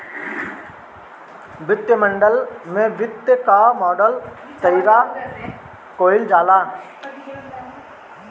वित्तीय मॉडल में वित्त कअ मॉडल तइयार कईल जाला